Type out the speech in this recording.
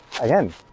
again